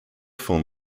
film